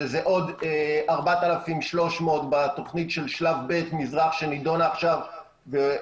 שזה עוד 4,300 בתוכנית של שלב ב' מזרח שנידונה עכשיו ואושרה,